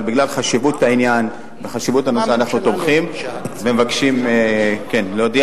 אבל בגלל חשיבות העניין וחשיבות הנושא אנחנו תומכים ומבקשים להודיע,